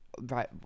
Right